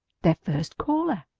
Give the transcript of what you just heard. their first caller!